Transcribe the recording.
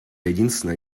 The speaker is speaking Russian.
единственная